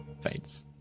fades